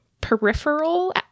peripheral